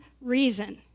reason